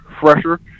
fresher